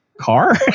car